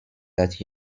that